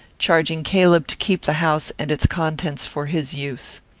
charging caleb to keep the house and its contents for his use.